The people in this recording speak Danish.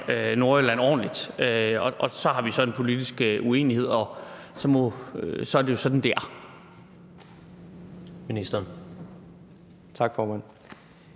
Nordjylland ordentligt, og så har vi en politisk uenighed, og så er det jo sådan, det